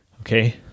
Okay